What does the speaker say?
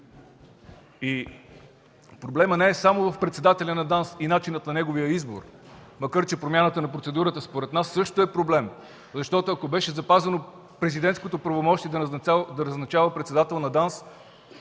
Проблемът не е само в председателя на ДАНС и начинът на неговия избор, макар че промяната на процедурата, според нас, също е проблем. Защото, ако беше запазено президентското правомощие да назначава председателя на ДАНС,